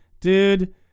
dude